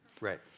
Right